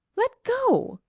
let go!